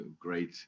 great